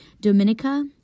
Dominica